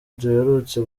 duherutse